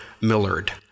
Millard